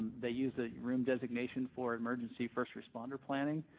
they use the room designation for emergency first responder planning.